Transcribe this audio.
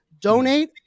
donate